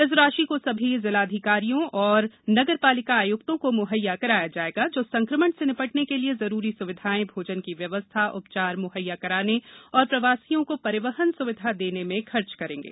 इस राशि क सभी जिलाधिकारियों और नगरपालिका आय्क्तों क म्हैया कराया जायेगा ज संक्रमण से निपटने के लिये जरूरी स्विधायें भाजन की व्यवस्था उपचार म्हैया कराने और प्रवासियों कथ परिवहन सुविधा देने में खर्च करेंगे